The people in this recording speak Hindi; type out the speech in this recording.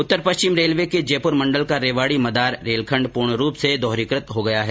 उत्तर पश्चिम रेलवे के जयपुर मंडल का रेवाडी मदार रेल खण्ड पूर्ण रूप से दोहरीकृत हो गया है